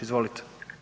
Izvolite.